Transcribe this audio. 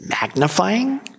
magnifying